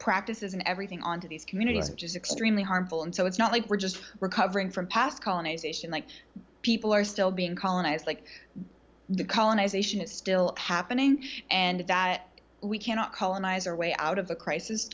practices and everything on to these communities which is extremely harmful and so it's not like we're just recovering from past colonization like people are still being colonized like the colonization is still happening and that we cannot colonize are way out of the crisis